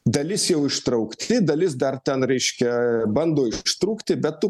dalis jau ištraukti dalis dar ten reiškia bando ištrūkti bet tu